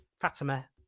Fatima